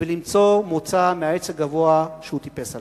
ולמצוא מוצא מהעץ הגבוה שהוא טיפס עליו.